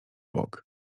bok